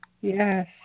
Yes